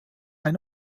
ein